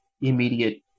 immediate